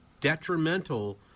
detrimental